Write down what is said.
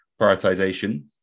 Prioritization